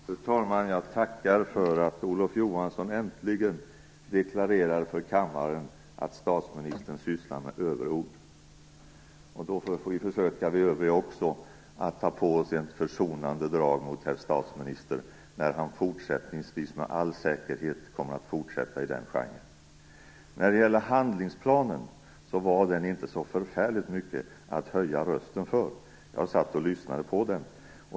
Fru talman! Jag tackar för att Olof Johansson äntligen deklarerar för kammaren att statsministern sysslar med överord. Då får även vi övriga försöka att ta på oss en försonande min mot herr statsministern när han med all säkerhet kommer att fortsätta i den genren. Handlingsplanen var inte så förfärligt mycket att höja rösten för. Jag satt och lyssnade på den.